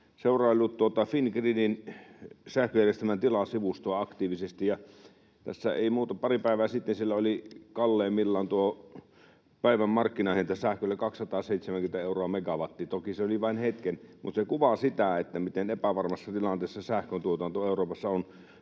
seuraillut Fingridin Sähköjärjestelmän tila -sivustoa aktiivisesti, ja pari päivää sitten siellä oli päivän markkinahinta sähkölle kalleimmillaan 270 euroa megawatilta. Toki se oli vain hetken, mutta se kuvaa sitä, miten epävarmassa tilanteessa sähköntuotanto Euroopassa on,